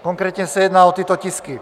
Konkrétně se jedná o tyto tisky: